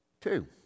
two